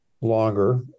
longer